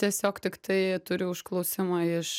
tiesiog tiktai turiu užklausimą iš